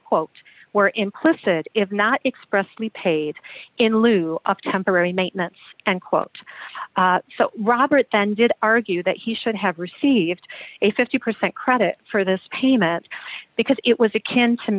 quote were implicit if not expressly paid in lieu of temporary maintenance and quote robert then did argue that he should have received a fifty percent credit for this payment because it was a